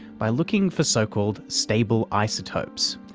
by looking for so-called stable isotopes,